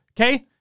Okay